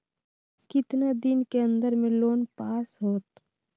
कितना दिन के अन्दर में लोन पास होत?